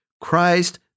Christ